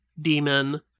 demon